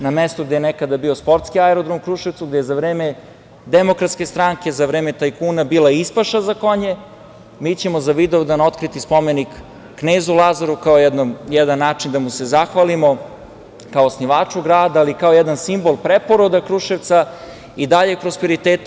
Na mestu gde je nekada bio sportski aerodrom u Kruševcu, gde je za vreme DS, za vreme tajkuna bila ispaša za konje, mi ćemo za Vidovdan otkriti spomenik Knezu Lazaru, kao jedan način da mu se zahvalimo, kao osnivaču grada, ali i kao jedan simbol preporoda Kruševca i daljeg prosperiteta.